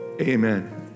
amen